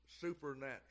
supernatural